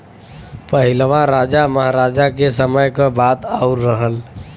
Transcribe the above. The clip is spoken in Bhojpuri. पहिलवा राजा महराजा के समय क बात आउर रहल